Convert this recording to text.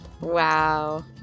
Wow